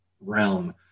realm